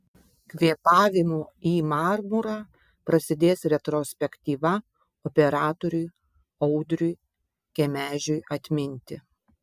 kvėpavimu į marmurą prasidės retrospektyva operatoriui audriui kemežiui atminti